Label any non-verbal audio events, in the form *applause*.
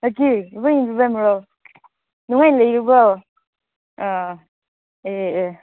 ꯉꯆꯤ *unintelligible* ꯅꯨꯡꯉꯥꯏꯅ ꯂꯩꯔꯤꯕ꯭ꯔꯣ ꯑꯥ ꯑꯦ ꯑꯦ